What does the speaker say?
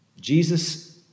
Jesus